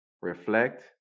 reflect